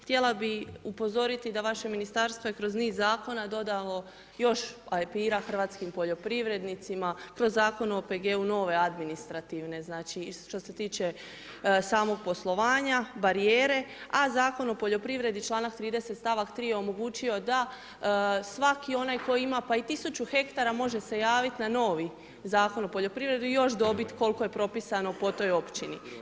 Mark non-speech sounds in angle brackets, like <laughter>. Htjela bih upozoriti da vaše Ministarstvo je kroz niz zakona dodalo još ... <unintelligible> hrvatskim poljoprivrednicima, kroz Zakon o OPG-u nove administrativne znači, što se tiče samog poslovanja, barijere, a Zakon o poljoprivredi čl. 30., st. 3. omogućio je da svaki onaj koji ima pa i 1000 hektara može se javiti na novi Zakon o poljoprivredi i još dobiti koliko je propisano po toj općini.